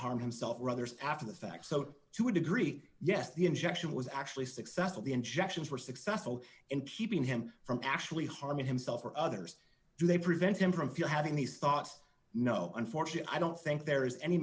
harm himself or others after the fact so to a degree yes the injection was actually successful the injections were successful in keeping him from actually harming himself or others do they prevent him from feel having these thoughts no unfortunately i don't think there is any